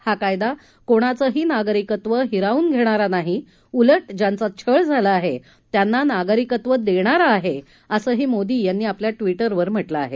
हा कायदा कोणाचंही नागरिकत्व हिरावून घेणारा नाही उलट ज्यांचा छळ झाला आहे त्यांना नागरिकत्व देणारा हा आहे असंही मोदी यांनी आपल्या ट्विटरवर म्हटलं आहे